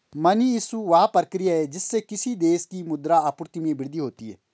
money issue, वह प्रक्रिया है जिससे किसी देश की मुद्रा आपूर्ति में वृद्धि होती है